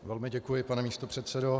Velmi děkuji, pane místopředsedo.